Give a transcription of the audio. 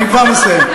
אני כבר מסיים.